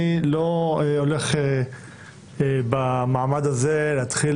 אני לא הולך במעמד הזה להתחיל